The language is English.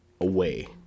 away